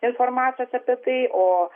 informacijos apie tai o